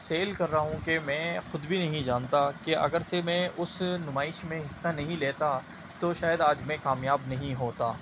cell کر رہا ہوں کہ میں خود بھی نہیں جانتا کہ اگر سے میں اس نمائش میں حصہ نہیں لیتا تو شاید آج میں کامیاب نہیں ہوتا